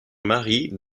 marie